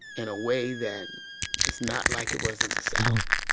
in a way that it's not like it was in the south.